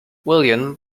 william